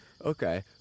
okay